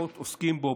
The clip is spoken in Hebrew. פחות עוסקים בו,